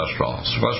cholesterol